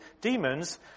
demons